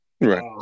Right